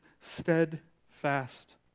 steadfast